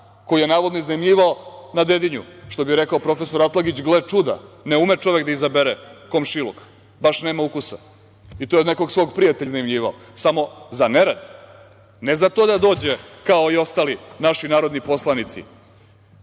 koji je navodno iznajmljivao na Dedinju, što bi rekao profesor Atlagić – gle čuda, ne ume čove da izabere komšiluk. Baš nema ukusa i to je od nekog svog prijatelja iznajmljivao samo za nerad, ne za to da dođe kao i ostali naši narodni poslanici